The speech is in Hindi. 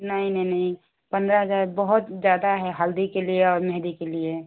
नहीं नहीं नहीं पंद्रह हज़ार बहुत ज़्यादा है हल्दी के लिए और मेहँदी के लिए